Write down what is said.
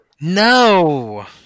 no